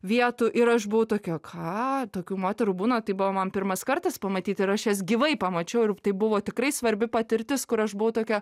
vietų ir aš buvau tokia ką tokių moterų būna tai buvo man pirmas kartas pamatyt ir aš jas gyvai pamačiau ir tai buvo tikrai svarbi patirtis kur aš buvau tokia